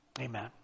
amen